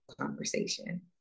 conversation